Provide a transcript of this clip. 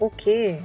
Okay